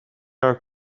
her